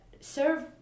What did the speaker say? serve